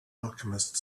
alchemist